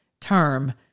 term